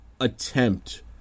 attempt